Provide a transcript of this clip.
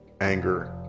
anger